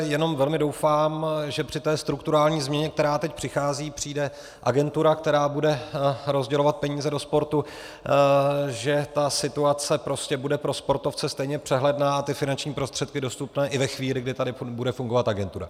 Jenom velmi doufám, že při té strukturální změně, která teď přichází, přijde agentura, která bude rozdělovat peníze do sportu, že ta situace prostě bude pro sportovce stejně přehledná a finanční prostředky dostupné i ve chvíli, kdy tady bude fungovat agentura.